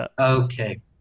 Okay